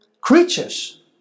creatures